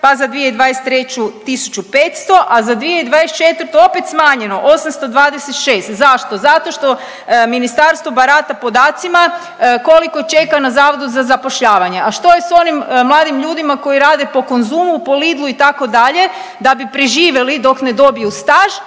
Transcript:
pa za 2023. 1500, a za 2024. opet smanjeno, 826. Zašto? Zato što ministarstvo barata podacima koliko čeka na Zavodu za zapošljavanje, a što je s onim mladim ljudima koji rade po Konzumu, po Lidlu itd. da bi preživjeli dok ne dobiju staž